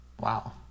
Wow